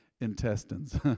intestines